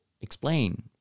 explain